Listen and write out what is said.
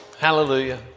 Hallelujah